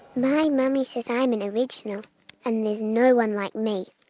my mummy says i'm an original and there's no one like me.